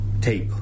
tape